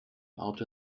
auto